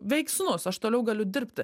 veiksmus aš toliau galiu dirbti